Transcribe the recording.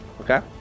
Okay